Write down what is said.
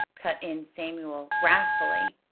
cut in samuel wrathfully.